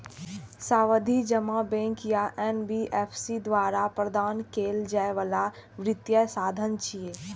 सावधि जमा बैंक या एन.बी.एफ.सी द्वारा प्रदान कैल जाइ बला वित्तीय साधन छियै